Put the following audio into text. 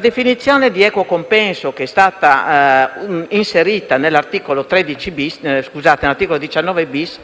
definizione che è stata inserita nell'articolo 19-*bis*,